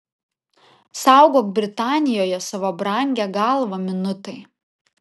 saugok britanijoje savo brangią galvą minutai